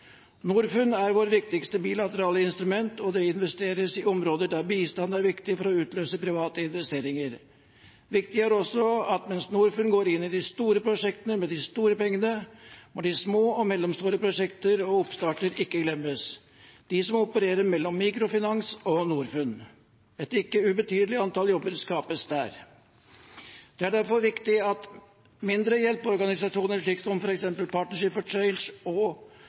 Norfund er vårt viktigste bilaterale instrument, og det investeres i områder der bistand er viktig for å utløse private investeringer. Viktig er også at mens Norfund går inn i de store prosjektene med de store pengene, må de små og mellomstore prosjekter og oppstarter ikke glemmes, de som opererer mellom mikrofinans og Norfund. Et ikke ubetydelig antall jobber skapes der. Det er derfor viktig at mindre hjelpeorganisasjoner slik som f.eks. Partnership for Change, Acumen og